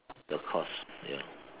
the cost you know